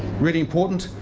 really important,